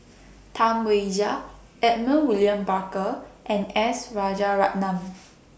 Tam Wai Jia Edmund William Barker and S Rajaratnam